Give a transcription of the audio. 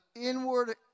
inward